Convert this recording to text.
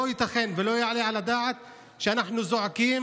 לא ייתכן ולא יעלה על הדעת שאנחנו זועקים